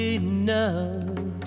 enough